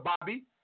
Bobby